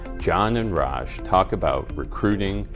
john and raj talk about recruiting,